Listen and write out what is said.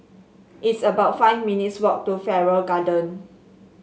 it's about five minutes' walk to Farrer Garden